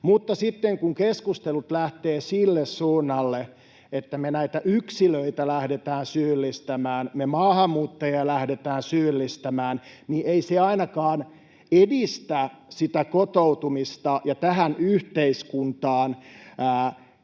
Mutta sitten kun keskustelut lähtevät sille suunnalle, että me näitä yksilöitä lähdetään syyllistämään, me maahanmuuttajia lähdetään syyllistämään, niin ei se ainakaan edistä sitä kotoutumista ja tähän yhteiskuntaan sitoutumista,